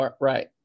Right